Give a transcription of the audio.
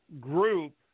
Group